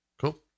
Cool